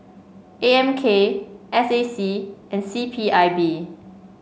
A M K S A C and C P I B